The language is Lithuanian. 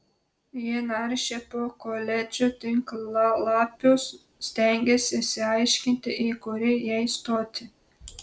ji naršė po koledžų tinklalapius stengėsi išsiaiškinti į kurį jai stoti